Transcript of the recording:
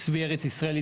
צבי ארץ ישראלי,